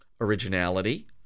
Originality